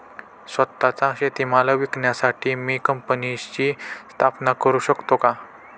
स्वत:चा शेतीमाल विकण्यासाठी मी कंपनीची स्थापना करु शकतो का?